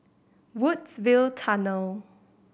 Woodsville Tunnel